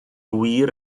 wir